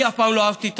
אני אף פעם לא אהבתי את